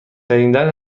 شنیدن